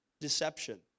deception